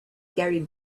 gary